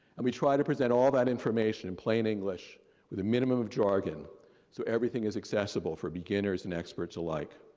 and we try to present all that information in plain english with a minimum of jargon so everything is accessible for beginners and experts alike.